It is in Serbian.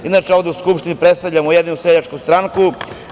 Inače, ovde u Skupštini predstavljam Ujedinjenu seljačku stranku.